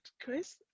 Chris